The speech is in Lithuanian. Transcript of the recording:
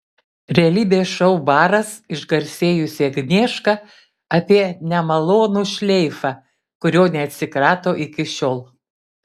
realybės šou baras išgarsėjusi agnieška apie nemalonų šleifą kurio neatsikrato iki šiol